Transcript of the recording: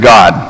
God